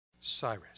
Cyrus